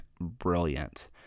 brilliant